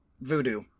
voodoo